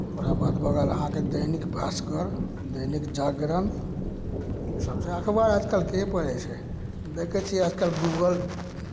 ओकरा बाद भऽ गेल अहाँकेँ दैनिक भास्कर दैनिक जागरण इसभ छै अखबार आजकल के पढ़ै छै देखै छियै आजकल गूगल